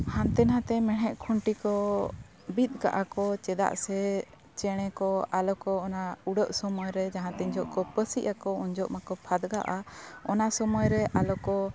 ᱦᱟᱱᱛᱮ ᱱᱷᱟᱛᱮ ᱢᱮᱬᱦᱮᱫ ᱠᱷᱩᱱᱴᱤ ᱠᱚ ᱵᱤᱫ ᱠᱟᱜᱼᱟ ᱠᱚ ᱪᱮᱫᱟᱜ ᱥᱮ ᱪᱮᱬᱮ ᱠᱚ ᱟᱞᱚ ᱠᱚ ᱚᱱᱟ ᱩᱰᱟᱹᱜ ᱥᱳᱢᱚᱭ ᱨᱮ ᱡᱟᱦᱟᱸ ᱛᱤᱱᱡᱚᱜ ᱠᱚ ᱯᱟᱹᱥᱤ ᱟᱠᱚ ᱩᱱᱡᱚᱜ ᱢᱟᱠᱚ ᱯᱷᱟᱫ ᱜᱟᱣᱟ ᱚᱱᱟ ᱥᱳᱢᱚᱭ ᱨᱮ ᱟᱞᱚ ᱠᱚ